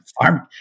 farm